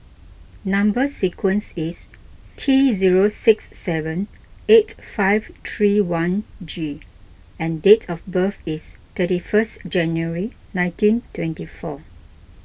Number Sequence is T zero six seven eight five three one G and date of birth is thirty first January nineteen twenty four